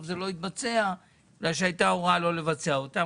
זה לא התבצע בגלל שהייתה הוראה לא לבצע אותם,